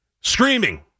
Screaming